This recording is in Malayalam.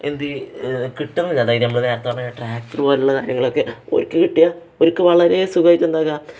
എന്താണ് കിട്ടുന്നില്ല അതായത് നമ്മള് നേരത്തെ പറഞ്ഞ ട്രാക്ടർ പോലെയുള്ള കാര്യങ്ങളൊക്കെ അവര്ക്ക് കിട്ടിയാല് അവര്ക്ക് വളരെ സുഖമായിട്ട് എന്താണ് പറയുക